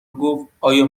گفتآیا